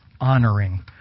honoring